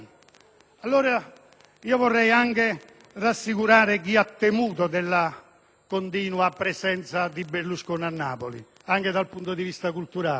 Desidero altresì rassicurare chi ha temuto per la continua presenza di Berlusconi a Napoli anche dal punto di vista culturale.